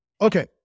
Okay